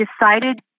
decided